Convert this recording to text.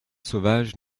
sauvages